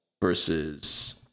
versus